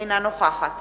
אינה נוכחת